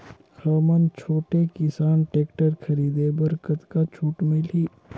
हमन छोटे किसान टेक्टर खरीदे बर कतका छूट मिलही?